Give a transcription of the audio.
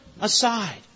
aside